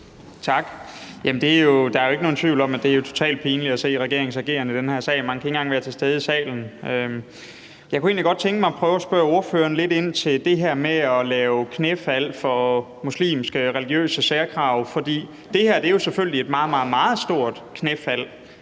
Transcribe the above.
Tak. Der er jo ikke nogen tvivl om, at det er totalt pinligt at se regeringens ageren i den her sag – man kan ikke engang være til stede i salen. Jeg kunne egentlig godt tænke mig at prøve at spørge ordføreren lidt ind til det her med at lave knæfald for muslimske, religiøse særkrav. For det her er selvfølgelig et meget, meget stort knæfald,